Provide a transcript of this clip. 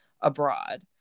abroad